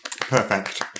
Perfect